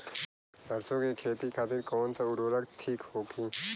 सरसो के खेती खातीन कवन सा उर्वरक थिक होखी?